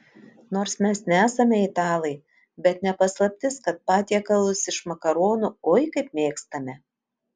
nors mes nesame italai bet ne paslaptis kad patiekalus iš makaronų oi kaip mėgstame